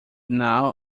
now